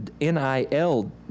nil